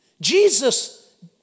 Jesus